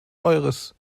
eures